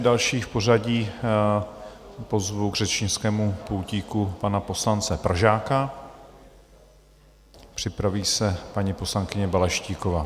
Další v pořadí pozvu k řečnickému pultíku pana poslance Pražáka, připraví se paní poslankyně Balaštíková.